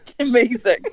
Amazing